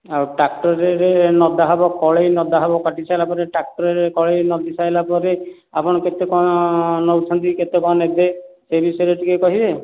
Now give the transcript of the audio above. ଆଉ ଟ୍ରାକ୍ଟରରେ ନଦା ହେବ ଫଳେଇ ନଦା ହେବ କାଟି ସାରିଲା ପରେ ଟ୍ରାକ୍ଟରରେ ଫଳେଇ ନଦି ସାରିଲା ପରେ ଆପଣ କେତେ କ'ଣ ନେଉଛନ୍ତି କେତେ କ'ଣ ନେବେ ସେ ବିଷୟରେ ଟିକେ କହିବେ